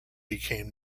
became